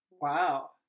Wow